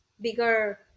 bigger